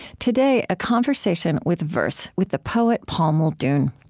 today, a conversation with verse with the poet paul muldoon.